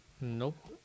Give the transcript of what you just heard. Nope